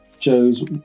Joe's